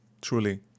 Truly